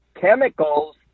chemicals